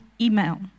email